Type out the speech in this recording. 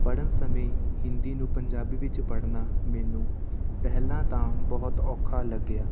ਪੜ੍ਹਨ ਸਮੇਂ ਹਿੰਦੀ ਨੂੰ ਪੰਜਾਬੀ ਵਿੱਚ ਪੜ੍ਹਨਾ ਮੈਨੂੰ ਪਹਿਲਾਂ ਤਾਂ ਬਹੁਤ ਔਖਾ ਲੱਗਿਆ